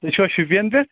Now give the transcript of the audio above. تُہۍ چِھوا شُپیٖن پیٚٹھ